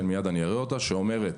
תוכנית שאומרת